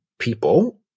People